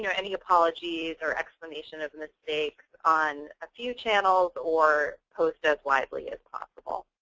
you know any apologies or explanations of mistakes on a few channels or post-as widely as possible?